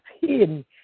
hidden